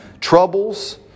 Troubles